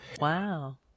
wow